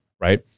right